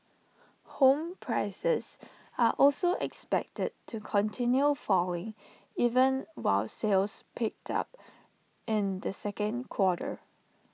home prices are also expected to continue falling even while sales picked up in the second quarter